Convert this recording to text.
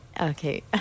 Okay